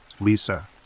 Lisa